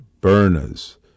burners